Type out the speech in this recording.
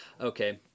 Okay